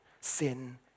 Sin